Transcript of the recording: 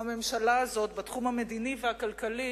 הממשלה הזאת בתחום המדיני והכלכלי,